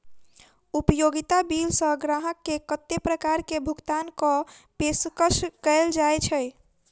उपयोगिता बिल सऽ ग्राहक केँ कत्ते प्रकार केँ भुगतान कऽ पेशकश कैल जाय छै?